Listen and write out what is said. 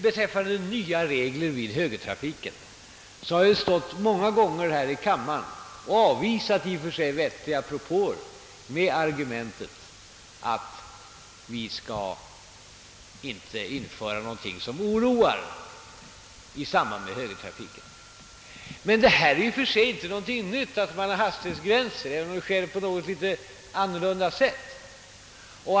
Beträffande nya regler i samband med högertrafiken har jag många gånger här i kammaren avvisat i och för sig vettiga propåer med argumentet, att vi inte skall införa någonting som oroar i samband med högertrafiken. Det är emellertid i och för sig inte något nytt att införa hastighetsbegränsning, även om det nu sker på ett litet annorlunda sätt.